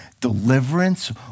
deliverance